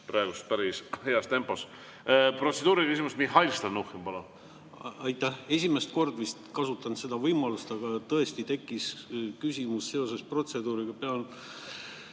praegu päris heas tempos. Protseduuriline küsimus, Mihhail Stalnuhhin, palun! Aitäh! Esimest korda kasutan seda võimalust, aga tõesti tekkis küsimus seoses protseduuriga. Pean